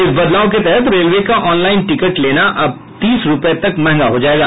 इस बदलाव के तहत रेलवे का ऑनलाइन टिकट लेना अब तीस रूपये तक महंगा हो जायेगा